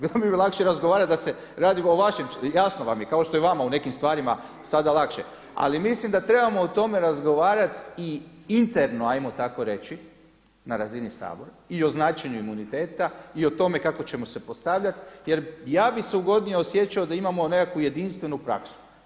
Bilo bi mi lakše razgovarati da se radi o vašem, jasno vam je kao što je vama u nekim stvarima sada lakše, ali mislim da trebamo o tome razgovarati i interno ajmo tako reći na razini Sabora i o značenju imuniteta i o tome kako ćemo se postavljati jer ja bih se ugodnije osjećao da imamo nekakvu jedinstvenu praksu.